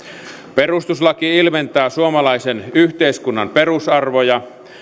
perustuslaki ilmentää suomalaisen yhteiskunnan perusarvoja